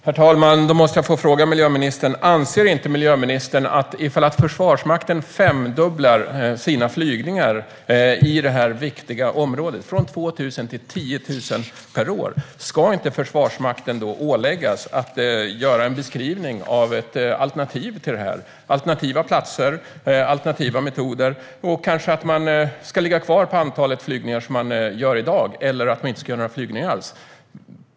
Herr talman! Då måste jag få fråga miljöministern: Anser inte miljöministern att ifall Försvarsmakten femdubblar i detta viktiga område - från 2 000 till 10 000 flygningar per år - ska Försvarsmakten då inte åläggas att göra en beskrivning av ett alternativ, av alternativa platser och metoder? Man ska kanske ligga kvar på antalet flygningar som man gör i dag, eller också ska man inte göra några flygningar alls.